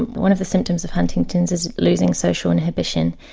one of the symptoms of huntington's is losing social inhibition,